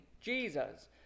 Jesus